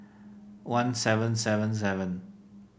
one seven seven seven